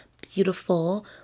beautiful